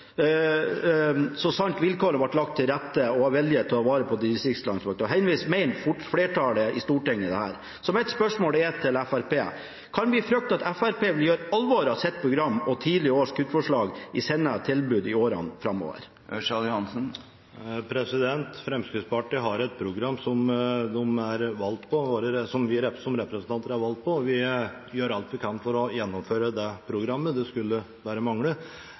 så sant vilkårene blir lagt til rette, og det er vilje til å ta vare på distriktslandbruket. Heldigvis mener flertallet i Stortinget dette. Mitt spørsmål til Fremskrittspartiet er: Kan vi frykte at Fremskrittspartiet vil gjøre alvor av sitt program og tidligere års kuttforslag i sine tilbud i årene framover? Fremskrittspartiet har et program som vi som representanter er valgt på. Vi gjør alt vi kan for å gjennomføre dette programmet – det skulle bare mangle.